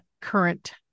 current